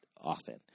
often